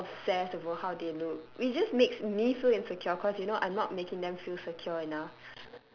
obsessed over how they look it just makes me feel insecure because you know I'm not making them feel secure enough